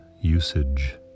usage